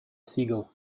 siegel